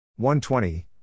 120